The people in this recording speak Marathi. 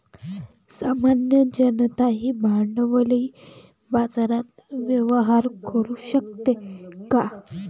सामान्य जनताही भांडवली बाजारात व्यवहार करू शकते का?